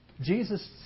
Jesus